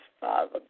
Father